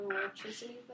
electricity